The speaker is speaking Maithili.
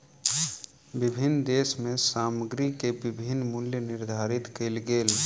विभिन्न देश में सामग्री के विभिन्न मूल्य निर्धारित कएल गेल